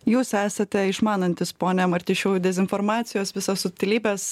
jūs esate išmanantis pone martišiau dezinformacijos visas subtilybes